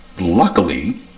Luckily